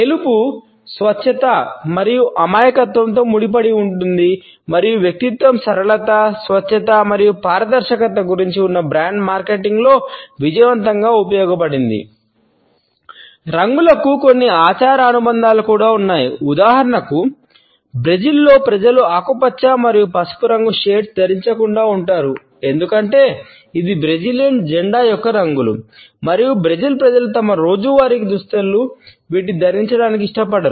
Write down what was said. తెలుపు స్వచ్ఛత మరియు అమాయకత్వంతో ముడిపడి ఉంది మరియు వ్యక్తిత్వం సరళత స్వచ్ఛత మరియు పారదర్శకత గురించి ఉన్న బ్రాండ్ల మార్కెటింగ్లో ప్రజలు తమ రోజువారీ దుస్తులుకు వీటిని ధరించడానికి ఇష్టపడరు